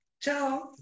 Ciao